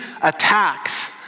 attacks